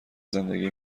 زندگی